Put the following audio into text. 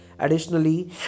Additionally